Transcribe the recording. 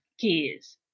kids